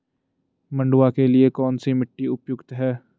मंडुवा के लिए कौन सी मिट्टी उपयुक्त है?